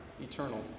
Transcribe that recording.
eternal